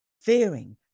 fearing